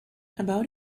about